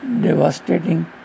devastating